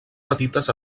petites